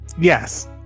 Yes